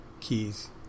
Keys